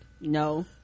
no